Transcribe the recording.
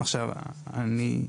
עכשיו, אני,